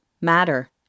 matter